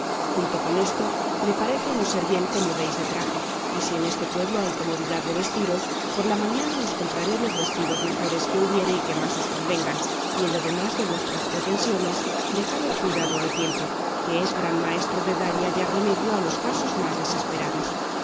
junto con esto me parece no ser bien que mudéis de traje y si en este pueblo hay comodidad de vestiros por la mañana os compraré los vestidos mejores que hubiere y que más os convengan y en lo demás de vuestras pretensiones dejad el cuidado al tiempo que es gran maestro de dar y hallar remedio a los casos más desesperados